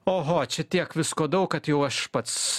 oho čia tiek visko daug kad jau aš pats